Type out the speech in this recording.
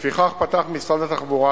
לפיכך פתח משרד התחבורה,